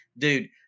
Dude